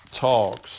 talks